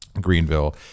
Greenville